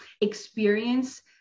experience